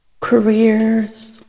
Careers